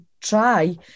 try